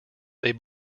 they